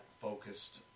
focused